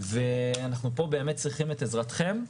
ואנחנו פה באמת צריכים את עזרתכם.